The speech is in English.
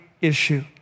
issue